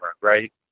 right